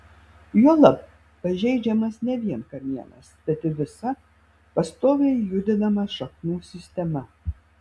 juolab pažeidžiamas ne vien kamienas bet ir visa pastoviai judinama šaknų sistema